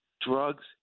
Drugs